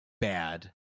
bad